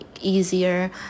easier